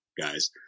guys